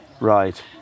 Right